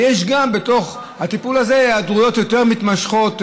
ויש גם בתוך הטיפול הזה היעדרויות יותר מתמשכות,